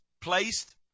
placed